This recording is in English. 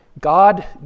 God